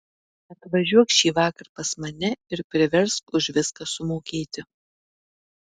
atvažiuok šįvakar pas mane ir priversk už viską sumokėti